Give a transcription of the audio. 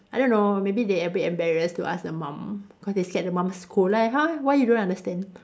I don't know maybe they a bit embarrassed to ask the mum because they scared the mum scold like !huh! why you don't understand